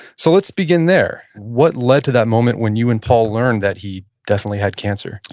so let's begin there. what led to that moment when you and paul learned that he definitely had cancer?